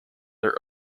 their